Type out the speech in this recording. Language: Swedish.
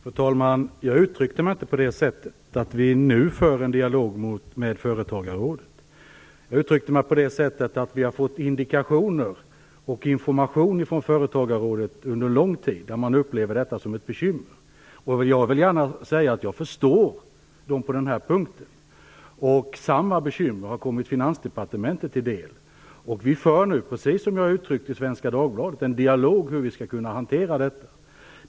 Fru talman! Jag uttryckte mig inte på det sättet; att regeringen nu för en dialog med Småföretagarrådet. Jag uttryckte mig på det sättet att regeringen har fått indikationer och information från Småföretagarrådet under lång tid på att detta upplevs som ett bekymmer. Jag vill gärna klargöra att jag förstår företagarna på denna punkt. Samma bekymmer har kommit Finansdepartementet till del. Vi för nu, precis som jag har uttryckt saken i Svenska Dagbladet, en dialog om hur vi skall kunna hantera detta.